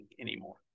anymore